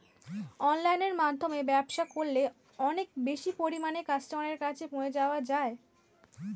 অনলাইনের মাধ্যমে ব্যবসা করলে অনেক বেশি পরিমাণে কাস্টমারের কাছে পৌঁছে যাওয়া যায়?